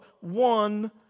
one